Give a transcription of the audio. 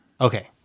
Okay